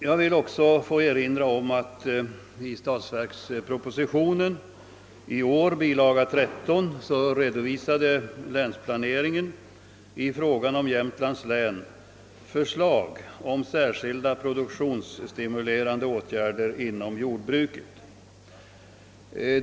Jag vill också få erinra om att det i statsverkspropositionen i år, bil. 13, beträffande länsplaneringen för Jämtlands län redovisas förslag till särskilda produktionsstimulerande åtgärder inom jordbruket.